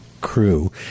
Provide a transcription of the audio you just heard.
crew